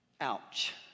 Ouch